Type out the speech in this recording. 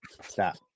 Stop